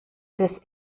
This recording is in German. des